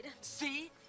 See